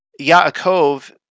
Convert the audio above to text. Yaakov